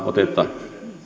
otetaan